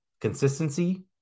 consistency